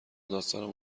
داستان